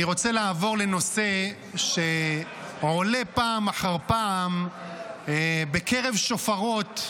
אני רוצה לעבור לנושא שעולה פעם אחר פעם בקרב שופרות,